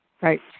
Right